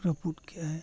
ᱨᱟᱹᱯᱩᱫ ᱠᱮᱜᱼᱟᱭ